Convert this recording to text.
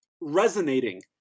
resonating